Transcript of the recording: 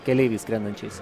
keleiviais skrendančiais